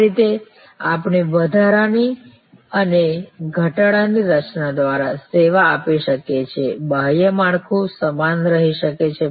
આ રીતે આપણે વધારવા ની અને ઘટાડવા ની રચના દ્વારા સેવા આપી શકીએ છીએ બાહ્ય માળખું સમાન રહી શકે છે